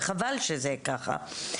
וחבל שזה ככה.